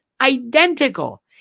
identical